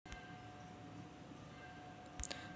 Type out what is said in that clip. माया खात्यात कितीक पैसे बाकी हाय?